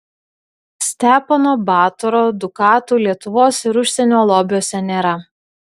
stepono batoro dukatų lietuvos ir užsienio lobiuose nėra